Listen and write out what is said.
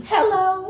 Hello